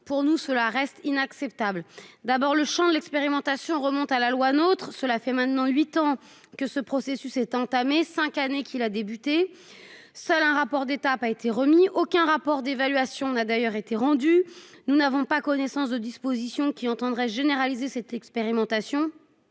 pour nous cela reste inacceptable d'abord le Champ de l'expérimentation remonte à la loi nôtre, cela fait maintenant 8 ans que ce processus est entamé 5 années qu'il a débuté. Seul un rapport d'étape, a été remis, aucun rapport d'évaluation n'a d'ailleurs été rendu. Nous n'avons pas connaissance de dispositions qui entendrait. Cette expérimentation